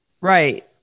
right